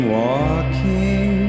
walking